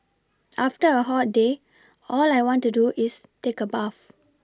after a hot day all I want to do is take a bath